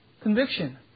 conviction